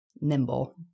nimble